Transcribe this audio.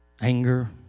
anger